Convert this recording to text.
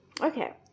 Okay